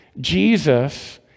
Jesus